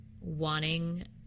wanting